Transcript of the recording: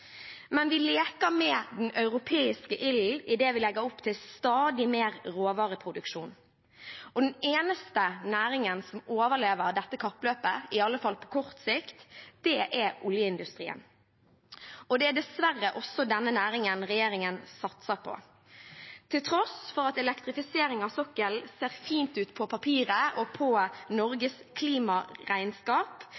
Vi leker med den europeiske ilden idet vi legger opp til stadig mer råvareproduksjon. Den eneste næringen som overlever dette kappløpet, i alle fall på kort sikt, er oljeindustrien. Det er dessverre også denne næringen regjeringen satser på. Til tross for at elektrifisering av sokkelen ser fint ut på papiret og